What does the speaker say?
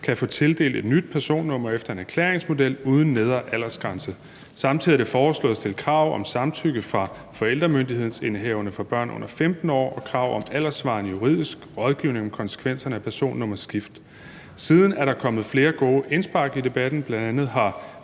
kan få tildelt et nyt personnummer efter en erklæringsmodel uden nedre aldersgrænse. Samtidig er det foreslået at stille krav om samtykke fra forældremyndighedsindehaverne for børn under 15 år og krav om alderssvarende juridisk rådgivning om konsekvenserne af personnummerskift. Siden er der kommet flere gode indspark i debatten. Bl.a. har